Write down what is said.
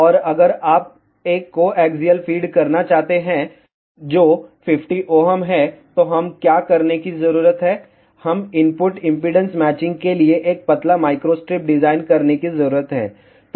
और अगर आप एक कोएक्सिअल फीड करना चाहते हैं जो 50 Ω है तो हम क्या करने की जरूरत है हम इनपुट इम्पीडेन्स मैचिंग के लिए एक पतला माइक्रोस्ट्रिप डिजाइन करने की जरूरत है